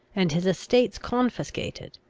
and his estates confiscated.